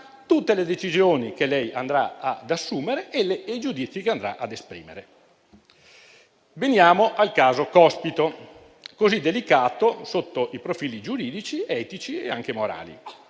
tutte le decisioni che lei andrà ad assumere e i giudizi che andrà ad esprimere. Veniamo al caso Cospito, così dedicato sotto i profili giuridici, etici e anche morali.